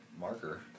marker